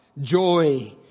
joy